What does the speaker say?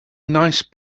nice